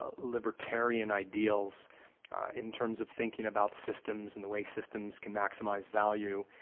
ah libertarian ideals in terms of thinking about systems and the way systems can maximize value,